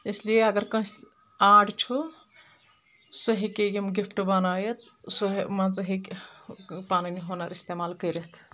اس لیے اگر کٲنٛسہِ آرٹ چھُ سُہ ہیٚکہِ یِم گفٹہٕ بنٲیِتھ سُہ مان ژٕ ہیٚکہِ پنٕنۍ ہُنر اِستعمال کٔرِتھ